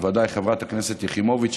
בוודאי חברת הכנסת יחימוביץ,